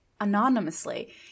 anonymously